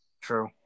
True